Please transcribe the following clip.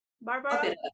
Barbara